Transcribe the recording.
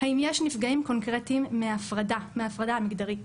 האם יש נפגעים קונקרטיים מההפרדה המגדרית.